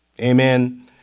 Amen